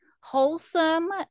wholesome